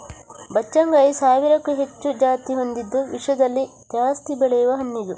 ಬಚ್ಚಗಾಂಯಿ ಸಾವಿರಕ್ಕೂ ಹೆಚ್ಚು ಜಾತಿ ಹೊಂದಿದ್ದು ವಿಶ್ವದಲ್ಲಿ ಜಾಸ್ತಿ ಬೆಳೆಯುವ ಹಣ್ಣಿದು